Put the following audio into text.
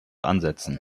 ansetzen